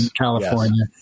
California